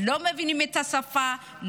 לא מבינים את השפה,